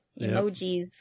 emojis